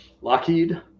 Lockheed